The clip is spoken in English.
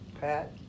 Pat